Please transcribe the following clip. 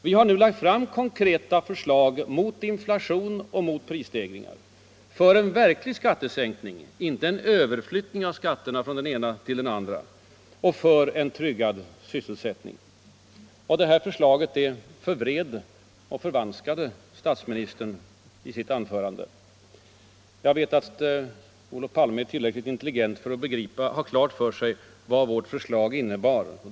Vi har nu själva lagt fram konkreta förslag mot inflation och prisstegringar, förslag om en verklig skattesänkning, inte en överflyttning av skatterna från den ene till den andre, samt förslag om en tryggad sysselsättning. Dessa våra förslag förvred och förvanskade statsministern i sitt anförande. Jag vet att Olof Palme är tillräckligt intelligent för att ha klart för sig vad förslagen innebär.